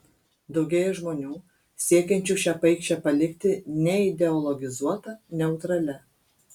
daugėja žmonių siekiančių šią paikšę palikti neideologizuota neutralia